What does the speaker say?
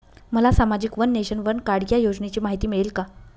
मला सामाजिक one nation, one card या योजनेची माहिती मिळेल का?